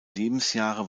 lebensjahre